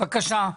בבקשה.